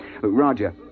roger